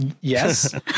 yes